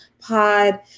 pod